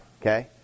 okay